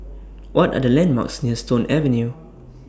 What Are The landmarks near Stone Avenue